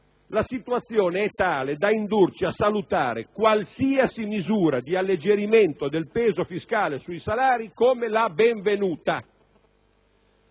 la situazione è tale da indurci a salutare qualsiasi misura di alleggerimento del peso fiscale sui salari come la benvenuta.